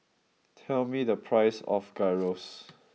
tell me the price of Gyros